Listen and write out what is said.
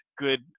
good